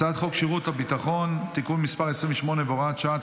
הצעת חוק שירות הביטחון (תיקון מס' 28 והוראת שעה),